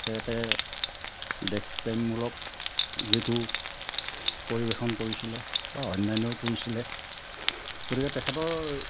তেখেতে দেশ প্ৰেমমূলক গীতো পৰিৱেশন কৰিছিলে বা অন্যান্যও কৰিছিলে গতিকে তেখেতৰ